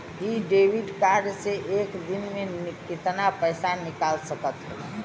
इ debit card से एक दिन मे कितना पैसा निकाल सकत हई?